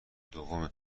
دوم